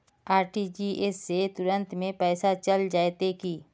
RTGS से तुरंत में पैसा चल जयते की?